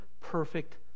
perfect